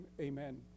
amen